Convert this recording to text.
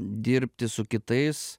dirbti su kitais